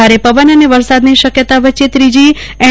ભારે પવન અને વરસાદની શકયતા વચ્ચે ત્રોજી એન